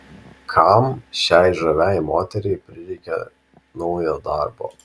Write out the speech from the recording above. kam šiai žaviai moteriai prireikė naujo darbo